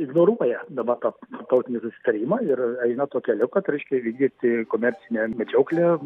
ignoruoja dabar tą tarptautinį susitarimą ir eina tuo keliu kad reiškia vykdyti komercinę medžioklę